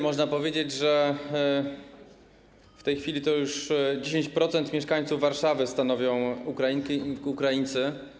Można powiedzieć, że w tej chwili już 10% mieszkańców Warszawy stanowią Ukrainki i Ukraińcy.